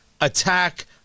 attack